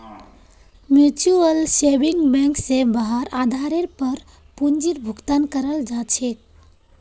mutual saving bank स वहार आधारेर पर पूंजीर भुगतान कराल जा छेक